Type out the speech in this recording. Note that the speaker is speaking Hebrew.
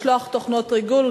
לשלוח תוכנות ריגול,